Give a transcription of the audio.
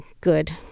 good